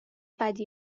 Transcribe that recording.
بدی